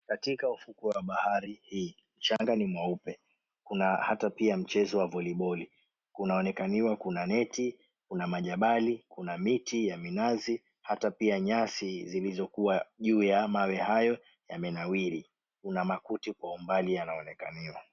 Katika ufukwe wa bahari hii mchanga ni mweupe, kuna hata pia mchezo wa voliboli. Kunaonekaniwa kuna neti, kuna majabali, kuna miti ya minazi hata pia nyasi zilizokuwa juu ya mawe hayo yamenawiri. Kuna makuti kwa umbali yanaonekaniwa.